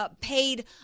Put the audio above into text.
paid